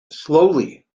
slowly